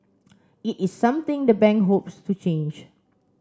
it is something the bank hopes to change